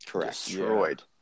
destroyed